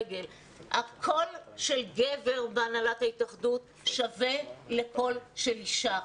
שהקול של גבר בהתאחדות יהיה שווה לקול של אישה.